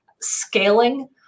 scaling